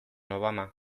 obama